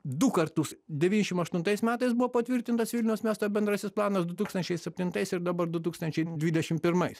du kartus devyniasšim aštuntais metais buvo patvirtintas vilniaus miesto bendrasis planas du tūkstančiai septintais ir dabar du tūkstančiai dvidešim pirmais